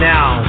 Now